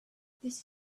this